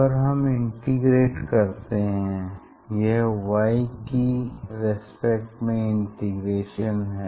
अगर हम इंटेग्रेट करते हैं यह y की रेस्पेक्ट में इंटीग्रेशन है